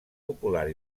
popular